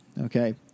Okay